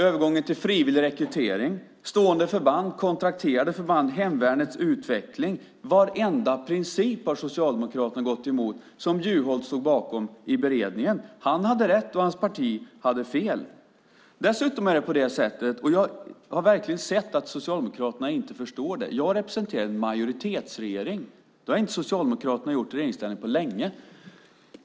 Övergången till frivillig rekrytering, stående förband, kontrakterade förband, hemvärnets utveckling - varenda princip har Socialdemokraterna gått emot som Juholt stod bakom i beredningen. Han hade rätt, och hans parti hade fel. Dessutom - jag har verkligen sett att Socialdemokraterna inte förstår det - representerar jag en majoritetsregering. Det har inte Socialdemokraterna gjort i regeringsställning på länge.